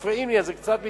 מפריעים לי אז זה קצת מתארך,